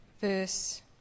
verse